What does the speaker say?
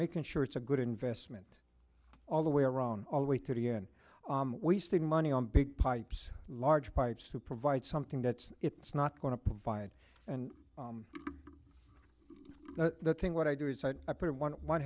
making sure it's a good investment all the way around all the way to the end we stick money on big pipes large pipes to provide something that's it's not going to provide and the thing what i do is i put one hand one